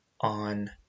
on